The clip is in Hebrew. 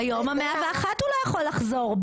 ביום ה- 101 הוא לא יכול לחזור,